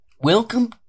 Welcome